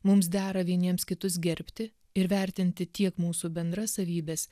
mums dera vieniems kitus gerbti ir vertinti tiek mūsų bendras savybes